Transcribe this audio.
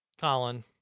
Colin